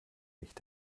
nicht